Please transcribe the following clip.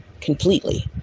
completely